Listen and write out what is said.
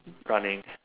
running